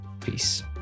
peace